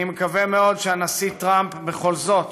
אני מקווה מאוד שהנשיא טראמפ בכל זאת